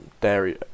dairy